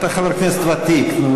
אתה חבר כנסת ותיק.